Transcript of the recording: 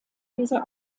diese